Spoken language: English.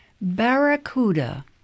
Barracuda